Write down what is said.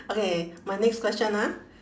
okay my next question ah